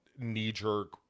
knee-jerk